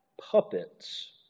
puppets